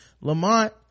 Lamont